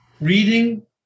Reading